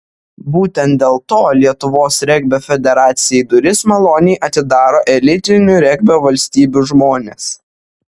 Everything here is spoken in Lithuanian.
būtent dėl to lietuvos regbio federacijai duris maloniai atidaro elitinių regbio valstybių žmonės